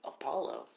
Apollo